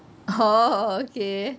oh okay